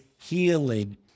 healing